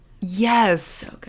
Yes